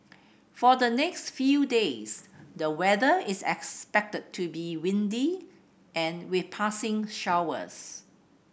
for the next few days the weather is expected to be windy and with passing showers